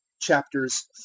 Chapters